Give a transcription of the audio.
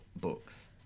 books